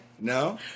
No